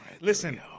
Listen